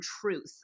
truth